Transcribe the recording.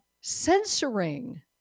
Censoring